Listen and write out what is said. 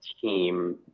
team